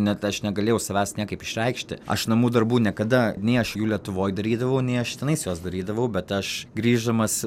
net aš negalėjau savęs niekaip išreikšti aš namų darbų niekada nei aš jų lietuvoj darydavau nei aš tenais juos darydavau bet aš grįždamas